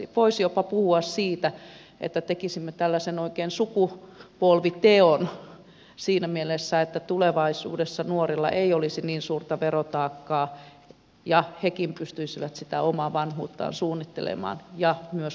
voisi jopa puhua siitä että tekisimme oikein sukupolviteon siinä mielessä että tulevaisuudessa nuorilla ei olisi niin suurta verotaakkaa ja hekin pystyisivät omaa vanhuuttaan suunnittelemaan ja myös rahoittamaan